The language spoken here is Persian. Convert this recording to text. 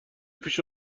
پیش